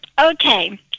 Okay